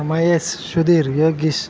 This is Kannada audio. ಮಹೇಶ್ ಸುಧೀರ್ ಯೋಗೀಶ್